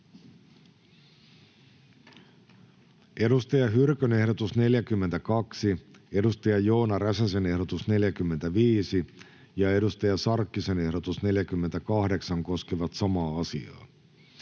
Saara Hyrkön ehdotus 42, Joona Räsäsen ehdotus 45 ja Hanna Sarkkisen ehdotus 48 koskevat samaa asiaa,